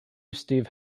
steve